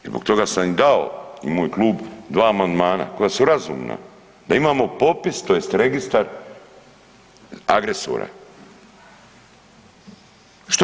I zbog toga sam im dao i moj klub dva amandmana koja su razumna, da imamo popis, tj. registar agresora.